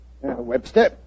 Webster